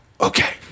okay